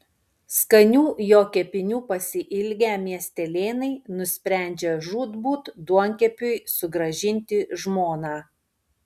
skanių jo kepinių pasiilgę miestelėnai nusprendžia žūtbūt duonkepiui sugrąžinti žmoną